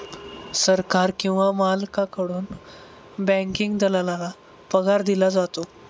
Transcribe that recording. सरकार किंवा मालकाकडून बँकिंग दलालाला पगार दिला जातो